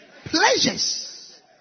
Pleasures